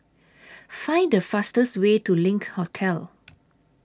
Find The fastest Way to LINK Hotel